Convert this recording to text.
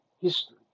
history